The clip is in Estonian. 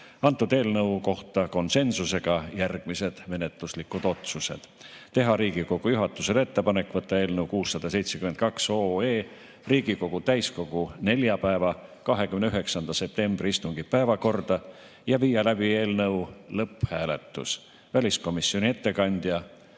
antud eelnõu kohta konsensusega järgmised menetluslikud otsused: teha Riigikogu juhatusele ettepanek võtta eelnõu 672 Riigikogu täiskogu neljapäevase, 29. septembri istungi päevakorda ja viia läbi eelnõu lõpphääletus. Väliskomisjoni ettekandja